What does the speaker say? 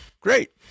great